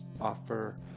offer